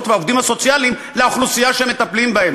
והעובדים הסוציאליים לאוכלוסייה שהם מטפלים בה,